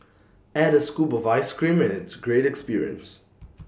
add A scoop of Ice Cream and it's A great experience